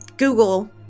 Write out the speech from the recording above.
Google